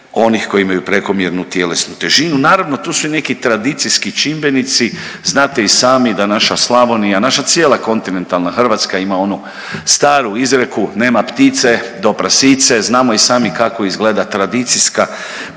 onih koji imaju prekomjernu tjelesnu težinu. Naravno tu su i neki tradicijski čimbenici, znate i sami da naša Slavonija, naša cijela kontinentalna Hrvatska ima onu staru izreku „nema ptice do prasice“, znamo i sami kako izgleda tradicijska prehrana